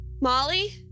Molly